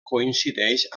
coincideix